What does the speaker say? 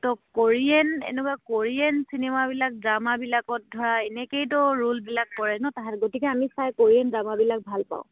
ত' Korean এনেকুৱা Korean চিনেমাবিলাক ড্ৰামাবিলাকত ধৰা এনেকেইতো ৰোলবিলাক কৰেৰে ন তাহাঁত গতিকে আমি চাই কৰিয়ান ড্ৰামাবিলাক ভাল পাওঁ